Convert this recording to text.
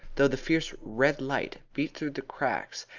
though the fierce red light beat through the cracks,